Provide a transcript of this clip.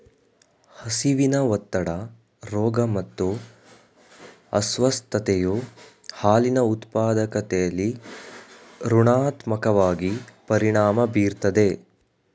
ಹಸಿವಿನ ಒತ್ತಡ ರೋಗ ಮತ್ತು ಅಸ್ವಸ್ಥತೆಯು ಹಾಲಿನ ಉತ್ಪಾದಕತೆಲಿ ಋಣಾತ್ಮಕವಾಗಿ ಪರಿಣಾಮ ಬೀರ್ತದೆ